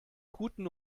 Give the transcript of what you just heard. guten